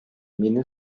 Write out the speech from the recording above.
мине